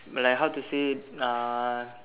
like how to say uh